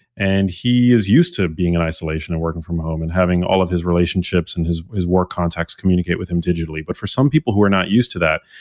and he is used to being in isolation and working from home, and having all of his relationships and his his work contacts communicate with him digitally. but for some people who are not used to that,